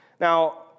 Now